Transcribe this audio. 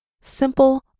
simple